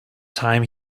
time